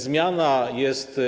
Zmiana jest